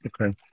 Okay